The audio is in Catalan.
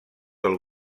del